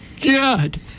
God